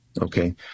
okay